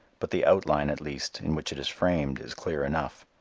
but the outline at least in which it is framed is clear enough.